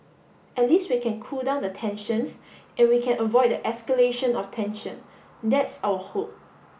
at least we can cool down the tensions and we can avoid the escalation of tension that's our hope